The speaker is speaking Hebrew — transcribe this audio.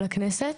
לכנסת,